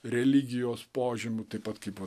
religijos požymių taip pat kaip